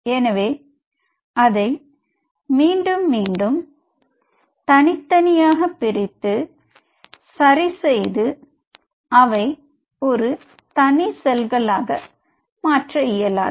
எனவே அதை மீண்டும் தனித்தனியாக பிரித்து மீண்டும் அதனை சரிசெய்து அவை ஒரு தனி செல்களாக மாற்ற இயலாது